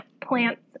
plants